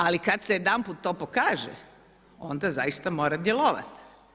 Ali kada se jedanput to pokaže, onda zaista mora djelovati.